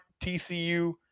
TCU